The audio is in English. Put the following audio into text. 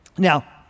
Now